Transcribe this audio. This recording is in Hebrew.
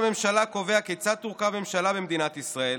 הממשלה קובע כיצד תורכב ממשלה במדינת ישראל,